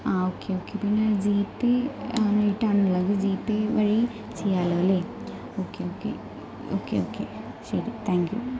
ആ okay okay പിന്നെ GPay ആയിട്ട് ആണുള്ളത് ജീപ്പേ വഴി ചെയ്യാമല്ലൊ അല്ലെ ഓക്കെ ഓക്കെ ഓക്കെ ഓക്കെ ശരി താങ്ക് യു